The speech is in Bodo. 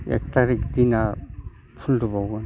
एक थारिख दिना फुलदो बाउगोन